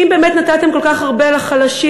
אם באמת נתתם כל כך הרבה לחלשים,